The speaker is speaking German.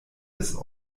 des